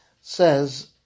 says